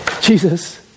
Jesus